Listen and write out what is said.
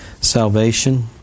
salvation